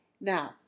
Now